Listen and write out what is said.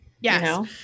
Yes